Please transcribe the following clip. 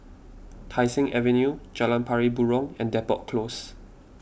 Tai Seng Avenue Jalan Pari Burong and Depot Close